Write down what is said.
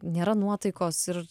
nėra nuotaikos ir